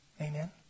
Amen